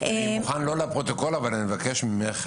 אני מוכן לא לפרוטוקול אבל אני מבקש ממך,